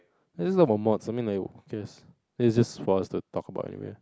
this is not about mod something that you guess this is just for us to talk about anyway